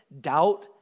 doubt